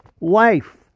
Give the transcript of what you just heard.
life